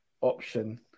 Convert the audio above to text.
option